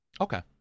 okay